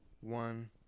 one